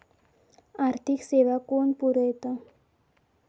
आर्थिक सेवा कोण पुरयता?